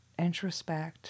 introspect